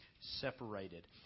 separated